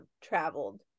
traveled